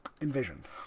envisioned